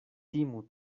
timu